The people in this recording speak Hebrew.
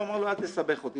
הוא אומר לו: אל תסבך אותי.